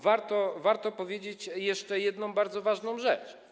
Warto powiedzieć jeszcze jedną bardzo ważną rzecz.